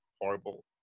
horrible